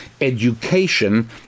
education